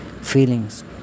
feelings